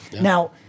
Now